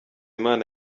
imana